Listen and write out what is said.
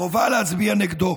חובה להצביע נגדו.